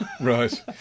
Right